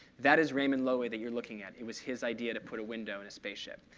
that is raymond loewy that you're looking at. it was his idea to put a window in a spaceship.